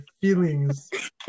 feelings